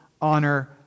honor